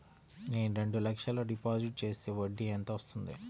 నేను రెండు లక్షల డిపాజిట్ చేస్తే వడ్డీ ఎంత వస్తుంది?